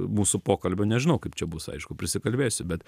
mūsų pokalbio nežinau kaip čia bus aišku prisikalbėsiu bet